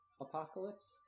Apocalypse